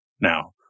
now